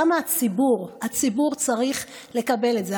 למה הציבור צריך לקבל את זה?